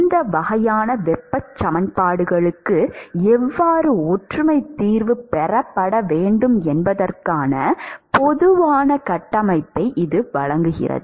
இந்த வகையான வெப்ப சமன்பாடுகளுக்கு எவ்வாறு ஒற்றுமை தீர்வு பெறப்பட வேண்டும் என்பதற்கான பொதுவான கட்டமைப்பை இது வழங்குகிறது